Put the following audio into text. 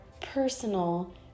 personal